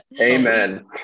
Amen